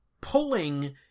pulling